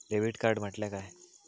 Debit card म्हटल्या काय?